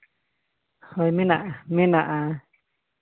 ᱦᱳᱭ ᱢᱮᱱᱟᱜᱼᱟ ᱢᱮᱱᱟᱜᱼᱟ